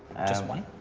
just one?